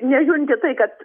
nejunti tai kad